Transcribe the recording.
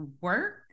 work